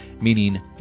meaning